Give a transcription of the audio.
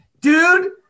Dude